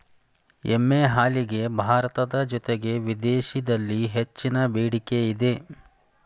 ಎಮ್ಮೆ ಹಾಲಿಗೆ ಭಾರತದ ಜೊತೆಗೆ ವಿದೇಶಿದಲ್ಲಿ ಹೆಚ್ಚಿನ ಬೆಡಿಕೆ ಇದೆ